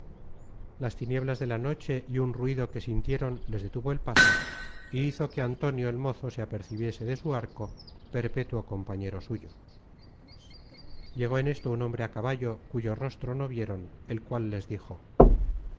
las tinieblas de la noche y un ruido que sintieron les detuvo el paso y hizo que an tonio el mozo se apercebiese de su arco perpétuo compañero suyo llegó en esto un hombre á caballo cuyo rostro no vieron el cual les dijo